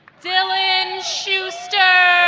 dylan shuster